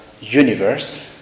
universe